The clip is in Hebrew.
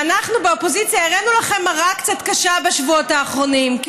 ואנחנו באופוזיציה הראינו לכם מראה קצת קשה בשבועות האחרונים.